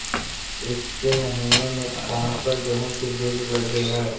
ईसके महीने मे कोन सा गेहूं के बीज लगे है?